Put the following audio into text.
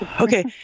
Okay